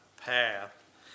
path